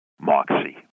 Moxie